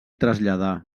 traslladà